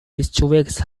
districts